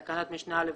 בתקנת משנה (א),